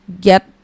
get